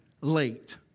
late